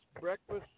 breakfast